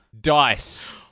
Dice